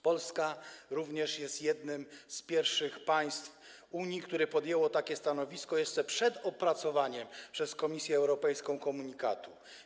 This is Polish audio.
Polska jest jednym z pierwszych państw Unii, które podjęły takie stanowisko jeszcze przed opracowaniem przez Komisję Europejską komunikatu.